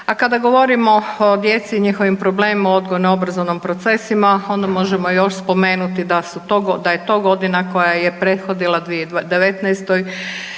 A kada govorimo o djeci i njihovim problemima u odgojno obrazovnim procesima onda možemo još spomenuti da je to godina koja je prethodila 2019.